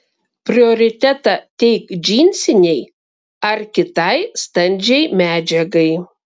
prioritetą teik džinsinei ar kitai standžiai medžiagai